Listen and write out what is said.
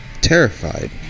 terrified